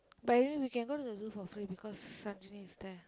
but then we can go to the zoo for free because Ranjini is there